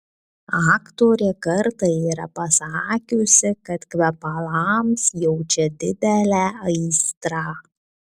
aktorė kartą yra pasakiusi kad kvepalams jaučia didelę aistrą